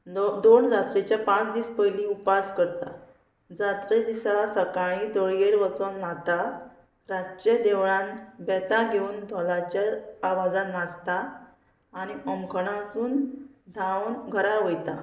दोन जात्रेच्या पांच दीस पयलीं उपास करता जात्रे दिसा सकाळीं तळयेर वचोन न्हाता रातचें देवळान बेतां घेवन धोलाच्या आवाजान नाचता आनी ओमखणातून धांवन घरा वयता